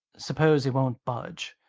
suppose he won't budge,